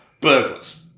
burglars